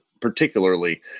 Particularly